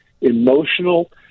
emotional